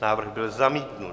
Návrh byl zamítnut.